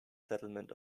settlement